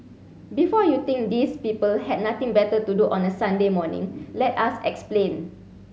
before you think these people had nothing better to do on a Sunday morning let us explain